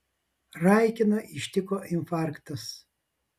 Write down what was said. raikiną ištiko infarktas